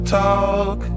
talk